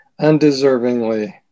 undeservingly